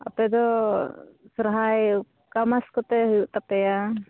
ᱟᱯᱮ ᱫᱚ ᱥᱚᱦᱨᱟᱭ ᱚᱠᱟ ᱢᱟᱥ ᱠᱚᱛᱮ ᱦᱩᱭᱩᱜ ᱛᱟᱯᱮᱭᱟ